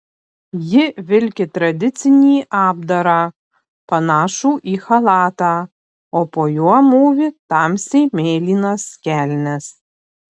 ji vilki tradicinį apdarą panašų į chalatą o po juo mūvi tamsiai mėlynas kelnes